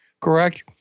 correct